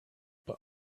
but